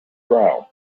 trial